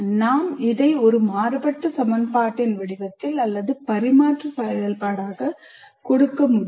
நான் அதை ஒரு மாறுபட்ட சமன்பாட்டின் வடிவத்தில் அல்லது பரிமாற்ற செயல்பாடாக கொடுக்க முடியும்